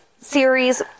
series